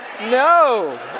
No